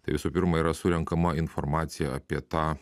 tai visų pirma yra surenkama informacija apie tą